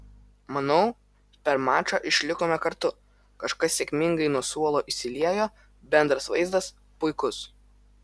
manau per mačą išlikome kartu kažkas sėkmingai nuo suolo įsiliejo bendras vaizdas puikus